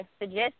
suggest